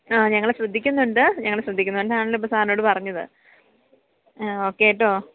അ ഞങ്ങള് ശ്രദ്ധിക്കുന്നുണ്ട് ഞങ്ങള് ശ്രദ്ധിക്കുന്നതുകൊണ്ടാണല്ലോ ഇപ്പോള് സാറിനോട് പറഞ്ഞത് ഓക്കേ കേട്ടോ